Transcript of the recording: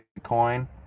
Bitcoin